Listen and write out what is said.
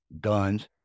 Guns